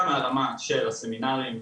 גם מהרמה של הסמינרים,